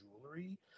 jewelry